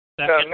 Second